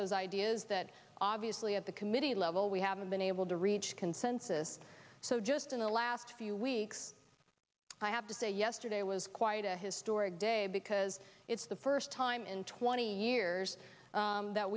those ideas that obviously at the committee level we haven't been able to reach consensus so just in the last few weeks i have to say yesterday was quite a historic day because it's the first time in twenty years that